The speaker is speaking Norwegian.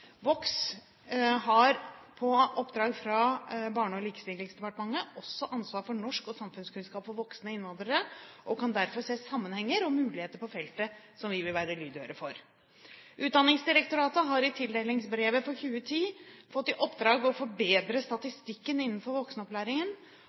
har på oppdrag for Barne-, likestillings- og inkluderingsdepartementet også ansvar for norsk og samfunnskunnskap for voksne innvandrere og kan derfor se sammenhenger og muligheter på feltet, som vi vil være lydhøre for. Utdanningsdirektoratet har i tildelingsbrevet for 2010 fått i oppdrag å forbedre